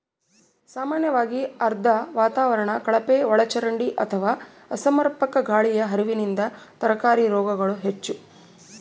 ಸಾಮಾನ್ಯವಾಗಿ ಆರ್ದ್ರ ವಾತಾವರಣ ಕಳಪೆಒಳಚರಂಡಿ ಅಥವಾ ಅಸಮರ್ಪಕ ಗಾಳಿಯ ಹರಿವಿನಿಂದ ತರಕಾರಿ ರೋಗಗಳು ಹೆಚ್ಚು